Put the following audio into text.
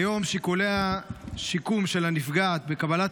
כיום שיקולי השיקום של הנפגע בקבלת